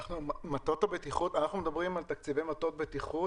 אנחנו מדברים על תקציבי מטות בטיחות